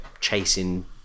chasing